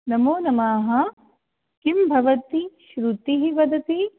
नमोनमः किं भवती श्रुतिः वदति